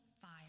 fire